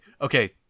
okay